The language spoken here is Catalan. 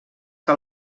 que